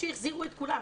כשהחזירו את כולם.